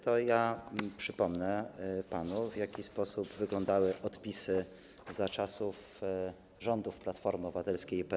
To ja przypomnę panu, w jaki sposób wyglądały odpisy za czasów rządów Platformy Obywatelskiej i PSL-u.